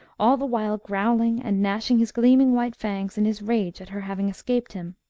all the while growling and gnashing his gleaming white fangs in his rage at her having escaped him.